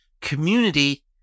community